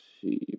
see